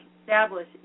establish